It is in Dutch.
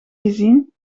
gezien